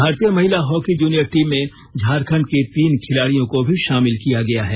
भारतीय महिला hockey junior team में झारखंड की तीन खिलाड़ियों को भी शामिल किया गया है